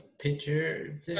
Picture